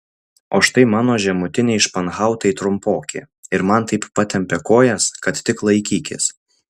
o štai mano žemutiniai španhautai trumpoki ir man taip patempė kojas kad tik laikykis